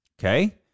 Okay